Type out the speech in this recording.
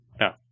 No